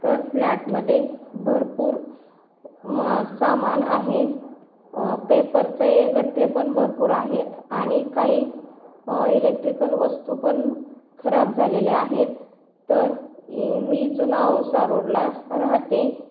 तर फ्लॅटमध्ये भरपूर म सामान आहे पेपरचे गठ्ठे पण भरपूर आहेत आणि काही इलेक्ट्रिकल वस्तू पण खराब झालेल्या आहेत तर ई मी जुना औसा रोडला राहते